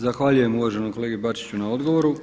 Zahvaljujem uvaženom kolegi Bačiću na odgovoru.